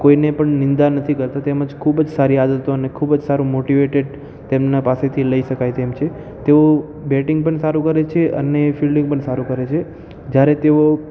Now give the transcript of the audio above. કોઈને પણ નિંદા નથી કરતાં તેમજ ખૂબ જ સારી આદતોને ખૂબ જ સારું મોટિવેટેડ તેમના પાસેથી લઈ શકાય તેમ છે તેઓ બેટિંગ પણ સારું કરે છે અને ફિલ્ડિંગ પણ સારું કરે છે જ્યારે તેઓ